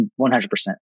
100%